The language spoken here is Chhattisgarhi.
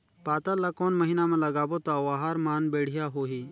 पातल ला कोन महीना मा लगाबो ता ओहार मान बेडिया होही?